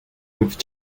with